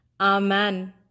Amen